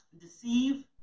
deceive